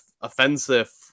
offensive